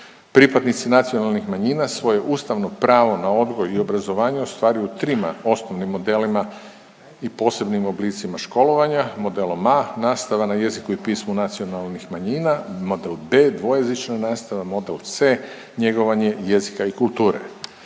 Pripadnici nacionalnih manjina svoje ustavno pravo na odgoj i obrazovanje ostvaruju trima osnovnim modelima i posebnim oblicima školovanja, modelom A, nastava na jeziku i pismu nacionalnih manjina, model B dvojezična nastava, model C njegovanje jezika i kulture.